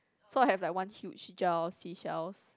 so I have like one huge jar of seashells